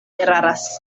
eraras